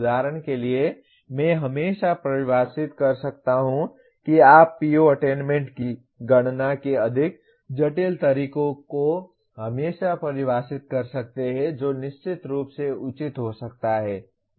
उदाहरण के लिए मैं हमेशा परिभाषित कर सकता हूं कि आप PO अटेन्मेन्ट की गणना के अधिक जटिल तरीके को हमेशा परिभाषित कर सकते हैं जो निश्चित रूप से उचित हो सकता है